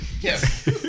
Yes